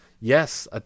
yes